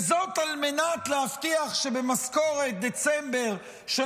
וזאת על מנת להבטיח שבמשכורת דצמבר של